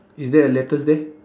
is there a letters there